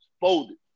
folded